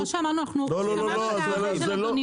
לא לא לא לא,